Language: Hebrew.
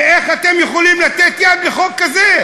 ואיך אתם יכולים לתת יד לחוק כזה?